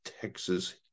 Texas